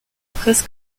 presse